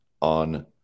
on